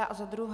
A za druhé.